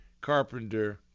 Carpenter